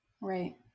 Right